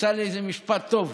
תמצא לי איזה משפט טוב.